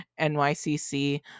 NYCC